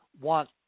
want